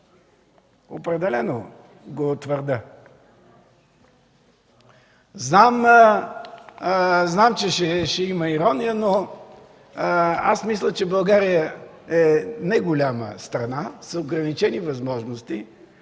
определено го твърдя.